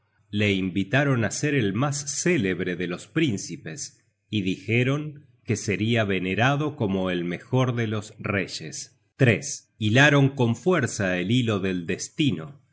le invitaron á ser el mas célebre de los príncipes y dijeron que seria venerado como el mejor de los reyes hilaron con fuerza el hilo del destino